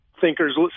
Thinkers